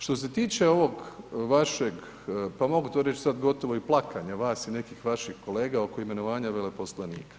Što se tiče ovog vašeg, pa mogu to sad gotovo i plakanja vas i nekih vaših kolega oko imenovanja veleposlanika.